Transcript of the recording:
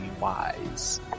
wise